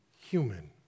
human